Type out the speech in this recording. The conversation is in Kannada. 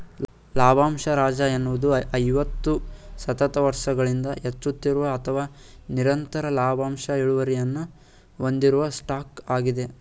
ಲಾಭಂಶ ರಾಜ ಎನ್ನುವುದು ಐವತ್ತು ಸತತ ವರ್ಷಗಳಿಂದ ಹೆಚ್ಚುತ್ತಿರುವ ಅಥವಾ ನಿರಂತರ ಲಾಭಾಂಶ ಇಳುವರಿಯನ್ನ ಹೊಂದಿರುವ ಸ್ಟಾಕ್ ಆಗಿದೆ